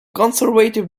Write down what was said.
conservative